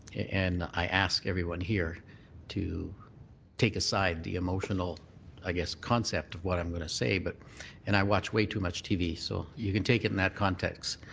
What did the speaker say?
and i ask everyone here to take aside the emotional i guess concept of what i'm going to say, but and i watch way too much t v, so you can take it in that context,